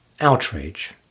outrage